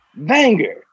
vanger